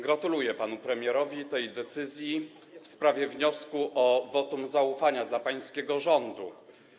Gratuluję panu premierowi tej decyzji w sprawie wniosku o wotum zaufania dla pańskiego rządu.